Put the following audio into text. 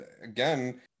again